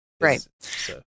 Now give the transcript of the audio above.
right